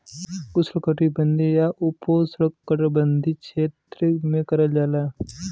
उष्णकटिबंधीय या उपोष्णकटिबंधीय क्षेत्र में करल जाला